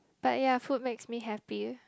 but ya food makes me happy